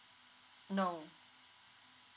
no